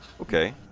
Okay